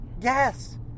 Yes